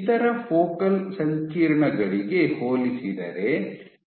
ಇತರ ಫೋಕಲ್ ಸಂಕೀರ್ಣಗಳಿಗೆ ಹೋಲಿಸಿದರೆ